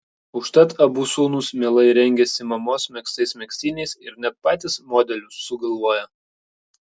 užtat abu sūnūs mielai rengiasi mamos megztais megztiniais ir net patys modelius sugalvoja